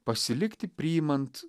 pasilikti priimant